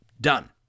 Done